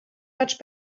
much